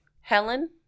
Helen